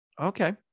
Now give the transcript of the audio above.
Okay